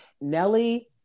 Nelly